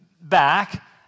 back